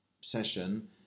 session